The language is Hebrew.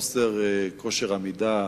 חוסר כושר עמידה